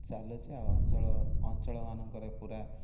ଚାଲୁଛି ଆଉ ଅଞ୍ଚଳ ଅଞ୍ଚଳମାନଙ୍କରେ ପୁରା